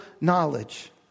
knowledge